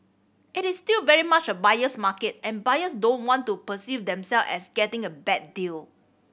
it is still very much a buyer's market and buyers don't want to perceive themselves as getting a bad deal